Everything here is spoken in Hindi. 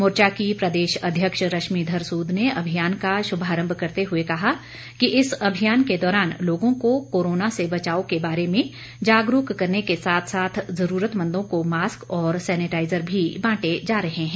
मोर्चा की प्रदेशाध्यक्ष रश्मिधर सूद ने अभियान का शुभारंभ करते हुए कहा कि इस अभियान के दौरान लोगों को कोरोना से बचाव के बारे में जागरूक करने के साथ साथ ज़रूरतमंदों को मास्क और सैनिटाईज़र भी बांटे जा रहे हैं